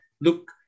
look